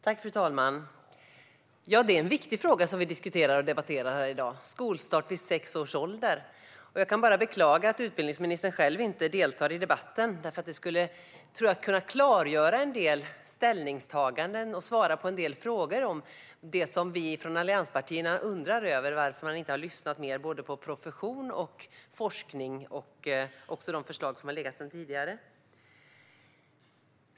Fru talman! Det är en viktig fråga som vi diskuterar och debatterar här i dag - skolstart vid sex års ålder. Jag kan bara beklaga att utbildningsministern själv inte deltar i debatten. Det tror jag skulle ha kunnat klargöra en del ställningstaganden och svarat på en del frågor om det som vi från allianspartierna undrar över, till exempel varför man inte har lyssnat mer både på profession och forskning och det förslag som har funnits sedan tidigare.